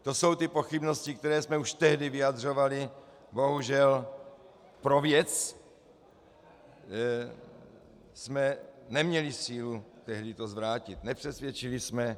To jsou ty pochybnosti, které jsme už tehdy vyjadřovali, bohužel pro věc jsme neměli sílu tehdy to zvrátit, nepřesvědčili jsme.